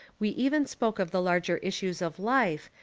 we even spoke of the larger issues of life,